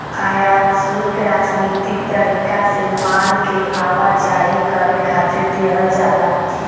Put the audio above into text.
आयात शुल्क राजनीतिक तरीका से माल के आवाजाही करे खातिर देहल जाला